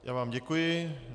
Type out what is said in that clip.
Já vám děkuji.